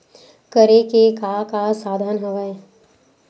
करे के का का साधन हवय?